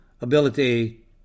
ability